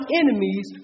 enemies